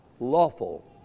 lawful